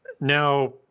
Now